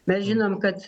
mes žinom kad